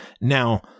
Now